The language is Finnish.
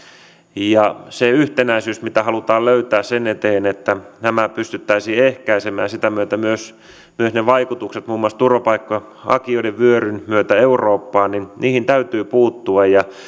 ja yhtenäisyys halutaan löytää sen eteen että nämä pystyttäisiin ehkäisemään ja sitä myöten myös ne vaikutukset muun muassa turvapaikanhakijoiden vyöryn myötä eurooppaan niihin asioihin täytyy puuttua